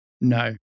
No